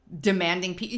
demanding